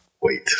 wait